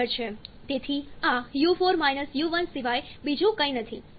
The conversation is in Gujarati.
તેથી આ u4 - u1 સિવાય બીજું કંઈ નથી